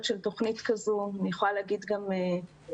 של תוכנית כזאת אני יכולה להגיד גם מניסיון,